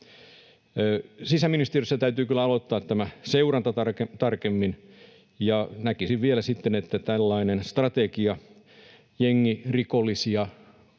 Sisäministeriössä täytyy kyllä aloittaa tämä seuranta tarkemmin. Ja näkisin vielä sitten, että tällainen strategia jengirikollisuuden